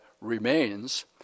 remains